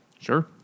sure